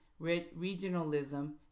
regionalism